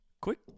Quick